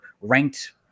ranked